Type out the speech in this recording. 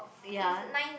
ya